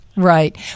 Right